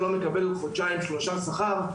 שלא מקבל חודשיים-שלושה חודשים שכר,